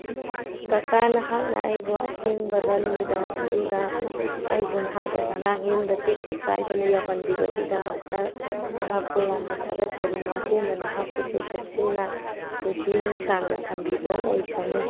ꯀꯀꯥ ꯅꯍꯥꯛꯅ ꯑꯩꯕꯨ ꯑꯊꯦꯡꯕꯗ ꯅꯨꯃꯤꯗꯥꯡ ꯑꯗꯨꯗ ꯑꯩꯕꯨ ꯅꯍꯥꯛꯅ ꯉꯔꯥꯡ ꯌꯨꯝꯗ ꯇꯦꯛꯇ ꯀꯥꯏꯗꯅ ꯌꯧꯍꯟꯕꯤꯕꯒꯤꯗꯃꯛꯇ ꯅꯍꯥꯛꯄꯨ ꯌꯥꯝꯅ ꯊꯥꯒꯠꯆꯔꯤ ꯃꯄꯨꯅ ꯅꯍꯥꯛꯄꯨꯁꯨ ꯆꯦꯛꯁꯤꯟꯅ ꯄꯨꯟꯁꯤ ꯅꯨꯡꯁꯥꯡꯅ ꯊꯝꯕꯤꯕ ꯑꯣꯏꯁꯅꯨ